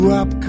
up